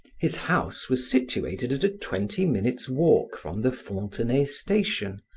his house was situated at a twenty minutes' walk from the fontenay station,